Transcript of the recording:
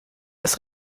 des